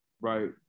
right